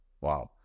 Wow